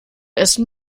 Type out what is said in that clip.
essen